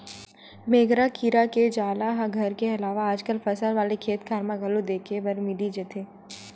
मेकरा कीरा के जाला ह घर के अलावा आजकल फसल वाले खेतखार म घलो देखे बर मिली जथे